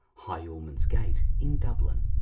high ormonds gate in dublin.